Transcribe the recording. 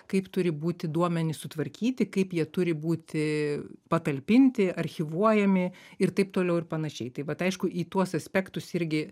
kaip turi būti duomenys sutvarkyti kaip jie turi būti patalpinti archyvuojami ir taip toliau ir panašiai taip vat aišku į tuos aspektus irgi